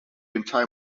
entire